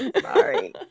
sorry